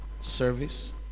service